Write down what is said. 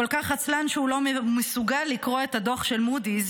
כל כך עצלן שהוא לא מסוגל לקרוא את הדוח של מודי'ס,